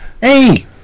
Hey